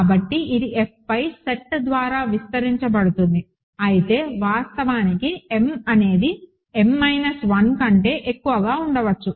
కాబట్టి ఇది F పై సెట్ ద్వారా విస్తరించబడుతుంది అయితే వాస్తవానికి m అనేది n మైనస్ 1 కంటే ఎక్కువగా ఉండవచ్చు